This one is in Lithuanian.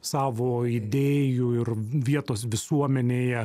savo idėjų ir vietos visuomenėje